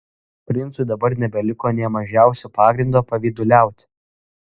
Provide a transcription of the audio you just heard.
princui dabar nebeliko nė mažiausio pagrindo pavyduliauti